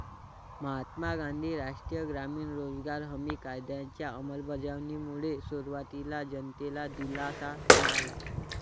महात्मा गांधी राष्ट्रीय ग्रामीण रोजगार हमी कायद्याच्या अंमलबजावणीमुळे सुरुवातीला जनतेला दिलासा मिळाला